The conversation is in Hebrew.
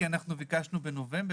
כי אנחנו ביקשנו בנובמבר,